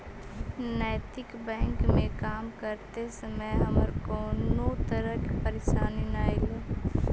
नैतिक बैंक में काम करते समय हमारा कउनो तरह के परेशानी न ईलई